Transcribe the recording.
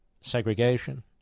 segregation